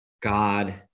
God